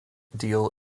deal